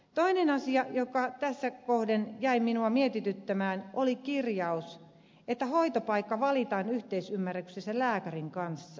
toinen asia joka tässä kohden jäi minua mietityttämään oli kirjaus että hoitopaikka valitaan yhteisymmärryksessä lääkärin kanssa